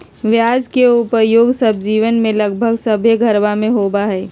प्याज के उपयोग सब्जीयन में लगभग सभ्भे घरवा में होबा हई